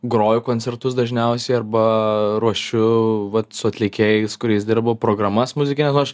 groju koncertus dažniausiai arba ruošiu vat su atlikėjais su kuriais dirbu programas muzikines nu aš